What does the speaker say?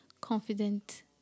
Confident